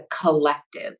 collective